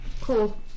Cool